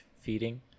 feeding